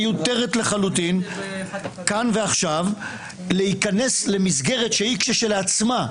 מיותרת לחלוטין כאן ועכשיו להיכנס למסגרת שהיא כשלעצמה,